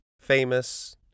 famous